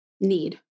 need